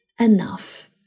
enough